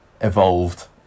evolved